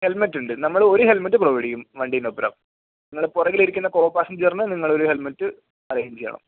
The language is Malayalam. ഹെൽമറ്റ് ഇണ്ട് നമ്മൾ ഒരു ഹെൽമറ്റ് പ്രോവൈഡ് ചെയ്യും വണ്ടീടൊപ്പം നിങ്ങടെ പുറകിലിരിക്കുന്ന കോപാസ്സെൻജറിന് നിങ്ങളൊരു ഹെൽമറ്റ് അറേഞ്ച് ചെയ്യണം